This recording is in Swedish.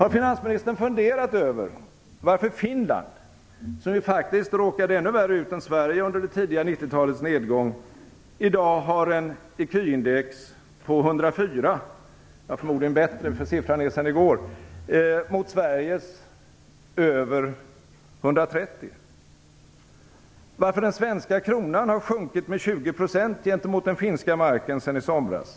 Har finansministern funderat över varför Finland, som ju faktiskt råkade ännu värre ut än Sverige under det tidiga 90-talets nedgång, i dag har en ecu-index på 104 - förmodligen bättre, eftersom siffran är sedan i går - mot Sveriges över 130? Varför har den svenska kronan sjunkit med 20 % gentemot den finska marken sedan i somras?